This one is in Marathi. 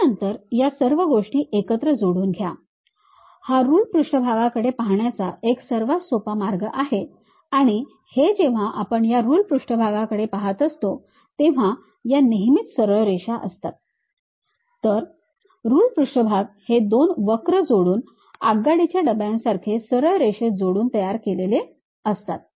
त्यानंतर या सर्व गोष्टी एकत्र जोडून घ्या हा रुल्ड पृष्ठभागाकडे पाहण्याचा एक सर्वात सोपा मार्ग आहे आणि जेव्हा आपण या रुल्ड पृष्ठभागाकडे पाहत असतो तेव्हा या नेहमीच सरळ रेषा असतात तर रुल्ड पृष्ठभाग हे दोन वक्र जोडून आगगाडीच्या डब्यांसारखे सरळ रेषेत जोडून तयार केले जातात